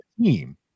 team